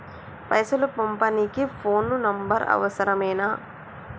పైసలు పంపనీకి phone number అవసరమేనా?